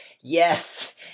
Yes